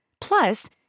Plus